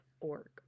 org